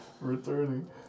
returning